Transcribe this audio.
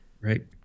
Right